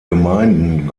gemeinden